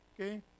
okay